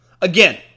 Again